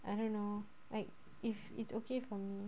I don't know like if it's okay for me